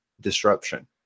disruption